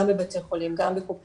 גם בבתי חולים וגם בקופות חולים.